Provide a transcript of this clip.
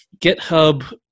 GitHub